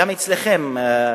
גם אצלכם,